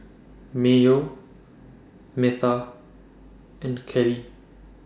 Mayo Metha and Kelli